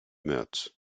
märz